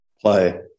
Play